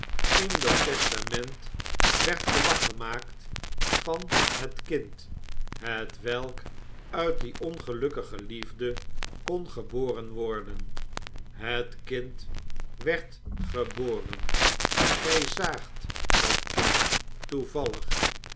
in dat testament werd gewag gemaakt van het kind hetwelk uit die onge ukkige liefde kon geboren worden het kind werd geboren gij zaagt dat kind toevallig